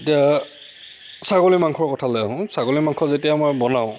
এতিয়া ছাগলী মাংসৰ কথালৈ আহোঁ ছাগলী মাংস যেতিয়া মই বনাওঁ